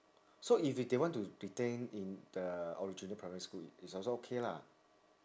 so if it they want to retain in the original primary school it it's also okay lah